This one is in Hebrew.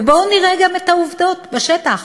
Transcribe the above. ובואו נראה גם את העובדות בשטח.